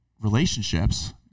relationships